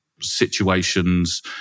situations